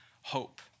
hope